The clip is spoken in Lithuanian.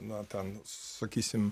na ten sakysim